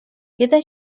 jeden